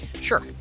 Sure